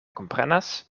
komprenas